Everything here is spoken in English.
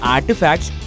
Artifacts